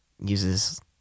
Uses